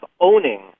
owning